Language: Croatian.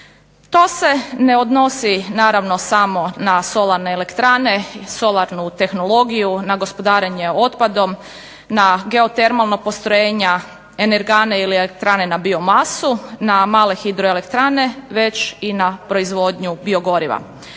To se ne odnosi naravno samo na solarne elektrane i solarnu tehnologiju, na gospodarenje otpadom, na geotermalna postrojenja, energane ili elektrane na biomasu, na male hidroelektrane već i na proizvodnju biogoriva.